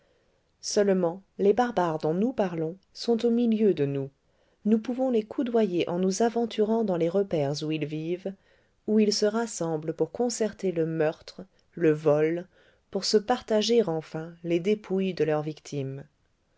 seulement les barbares dont nous parlons sont au milieu de nous nous pouvons les coudoyer en nous aventurant dans les repaires où ils vivent où ils se rassemblent pour concerter le meurtre le vol pour se partager enfin les dépouilles de leurs victimes